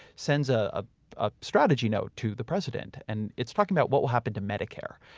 sends a ah ah strategy note to the president, and it's talking about what will happen to medicare.